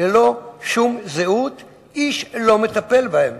ללא שום זהות, ואיש לא מטפל בהם.